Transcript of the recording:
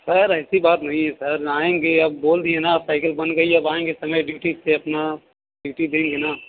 sir ऐसी बात नहीं है सर आएँगे बोल दिए ना बन गई है अब अपना समय पर आएँगे ठीक से अपना ड्यूटी देंगे